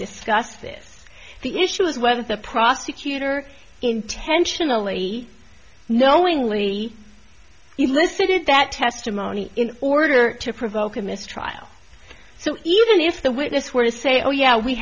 discussed this the issue is whether the prosecutor intentionally knowingly elicited that testimony in order to provoke a mistrial so even if the witness were to say oh yeah we